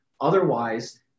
Otherwise